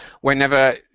whenever